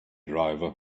driver